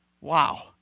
Wow